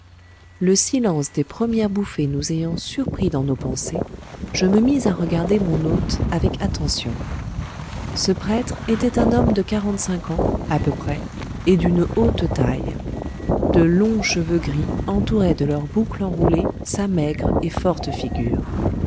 le silence des premières bouffées nous ayant surpris dans nos pensées je me mis à regarder mon hôte avec attention ce prêtre était un homme de quarante-cinq ans à peu près et d'une haute taille de longs cheveux gris entouraient de leur boucle enroulée sa maigre et forte figure